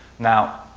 now,